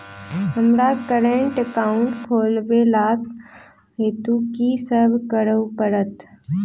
हमरा current account खोलेवाक हेतु की सब करऽ पड़त?